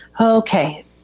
Okay